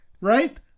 Right